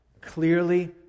clearly